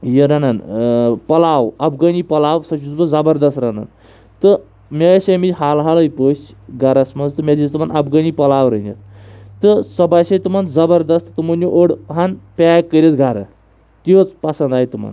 یہِ رَنان پَلاو اَفغٲنی پَلاو سۄ چھُس بہٕ زَبردست رَنان تہٕ مےٚ ٲسۍ ٲمِتۍ حال حالٕے پٔژھ گَرَس منٛز تہٕ مےٚ دِژ تٕمَن اَفغٲنی پَلاو رٔنِتھ تہٕ سۄ باسے تِمَن زَبردَست تِمو نیوٗ اوٚڈ ہَن پیک کٔرِتھ گَرٕ تیٖژ پَسنٛد آے تٕمَن